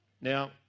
Now